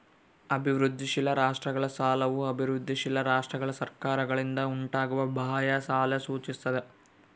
ಅಭಿವೃದ್ಧಿಶೀಲ ರಾಷ್ಟ್ರಗಳ ಸಾಲವು ಅಭಿವೃದ್ಧಿಶೀಲ ರಾಷ್ಟ್ರಗಳ ಸರ್ಕಾರಗಳಿಂದ ಉಂಟಾಗುವ ಬಾಹ್ಯ ಸಾಲ ಸೂಚಿಸ್ತದ